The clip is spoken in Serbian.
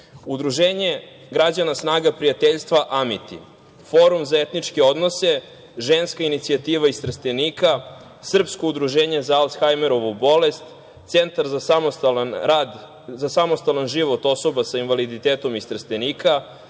Udruženje građana „Snaga prijateljstva Amiti“, Forum za etničke odnose, Ženska inicijativa iz Trstenika, Srpsko udruženje za alchajmerovu bolest, Centar za samostalan život osoba sa invaliditetom iz Trstenika,